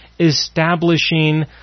establishing